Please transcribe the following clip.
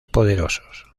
poderosos